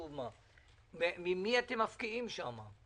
ממי אתם מפקיעים שם?